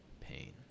pain